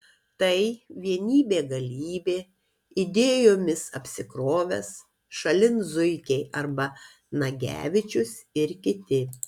tai vienybė galybė idėjomis apsikrovęs šalin zuikiai arba nagevičius ir kiti